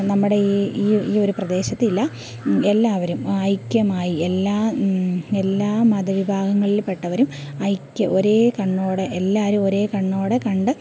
നമ്മുടെ ഈ ഈ ഈയൊരു പ്രദേശത്ത് ഇല്ല എല്ലാവരും ഐക്യമായി എല്ലാ എല്ലാ മത വിഭാഗങ്ങളില് പെട്ടവരും ഐക്യ ഒരേ കണ്ണോടെ എല്ലാവരും ഒരേ കണ്ണോടെ കണ്ട്